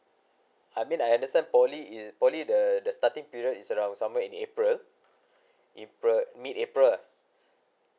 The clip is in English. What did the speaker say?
I mean I understand poly is poly the the starting period is around somewhere in april april mid april